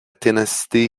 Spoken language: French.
ténacité